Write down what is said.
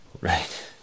Right